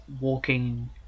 walking